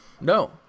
No